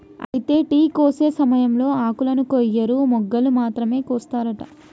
అయితే టీ కోసే సమయంలో ఆకులను కొయ్యరు మొగ్గలు మాత్రమే కోస్తారట